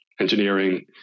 engineering